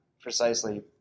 precisely